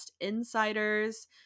insiders